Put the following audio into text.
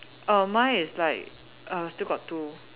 err mine is like err still got two